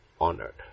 Honored